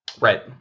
Right